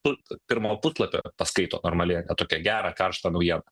tu pirmo puslapio paskaito normaliai ane tokią gerą karštą naujieną